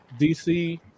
DC